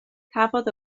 cafodd